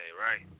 right